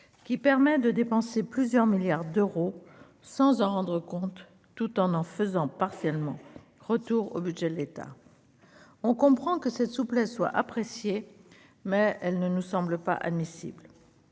qui permet de dépenser plusieurs milliards d'euros sans en rendre compte, tout en en faisant partiellement retour au budget de l'État, on comprend que cette souplesse soit apprécié, mais elle ne nous semble pas admissible